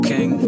King